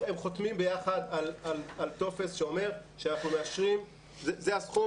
הם חותמים ביחד על טופס שאומר שזה הסכום